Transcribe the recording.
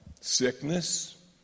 sickness